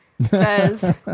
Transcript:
Says